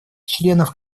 членов